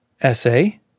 essay